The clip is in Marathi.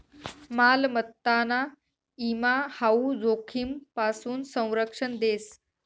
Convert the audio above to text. मालमत्ताना ईमा हाऊ जोखीमपासून संरक्षण देस